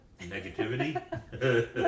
negativity